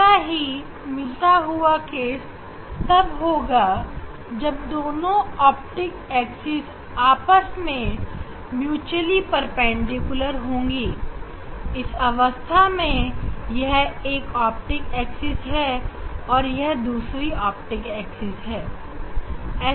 ऐसा ही मिलता हुआ केस तब होगा जब दोनों ऑप्टिक एक्सिस आपस में म्युचुअली परपेंडिकुलर होंगी इस अवस्था में यह एक ऑप्टिक एक्सिस है और यह दूसरी ऑप्टिक एक्सिस है